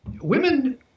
women